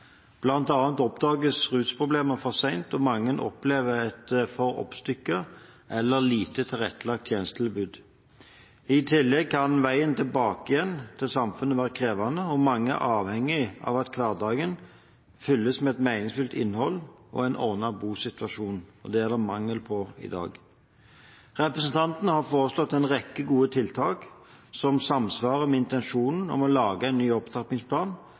annet oppdages rusproblemer for sent, og mange opplever et for oppstykket eller lite tilrettelagt tjenestetilbud. I tillegg kan veien tilbake til samfunnet være krevende, og mange er avhengige av at hverdagen fylles med et meningsfylt innhold og en ordnet bosituasjon – det er det mangel på i dag. Representantene har foreslått en rekke gode tiltak som samsvarer med intensjonen om å lage en ny opptrappingsplan,